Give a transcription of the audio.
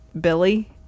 Billy